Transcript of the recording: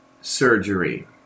surgery